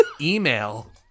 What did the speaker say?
email